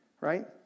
right